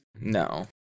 No